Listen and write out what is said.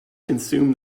consume